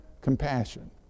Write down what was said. compassion